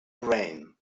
brain